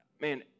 Man